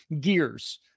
gears